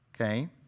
Okay